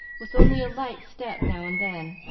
with only a light step now and then,